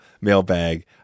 mailbag